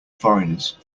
foreigners